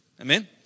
Amen